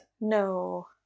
No